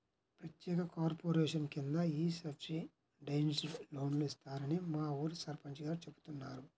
ప్రత్యేక కార్పొరేషన్ కింద ఈ సబ్సిడైజ్డ్ లోన్లు ఇస్తారని మా ఊరి సర్పంచ్ గారు చెబుతున్నారు